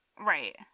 Right